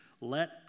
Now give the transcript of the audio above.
Let